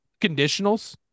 conditionals